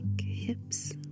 hips